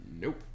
Nope